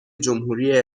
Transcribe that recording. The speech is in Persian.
جمهوری